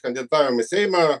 kandidatavimo į seimą